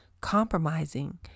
compromising